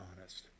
honest